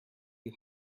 you